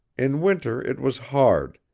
in winter it was hard,